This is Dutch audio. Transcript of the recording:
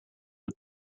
het